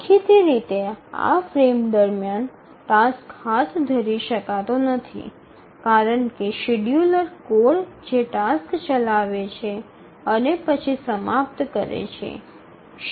દેખીતી રીતે આ ફ્રેમ દરમિયાન ટાસ્ક હાથ ધરી શકાતો નથી કારણ કે શેડ્યૂલર કોડ જે ટાસ્ક ચલાવે છે અને પછી સમાપ્ત કરે છે